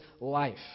life